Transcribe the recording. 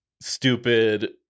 stupid